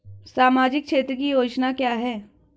सामाजिक क्षेत्र की योजना क्या है?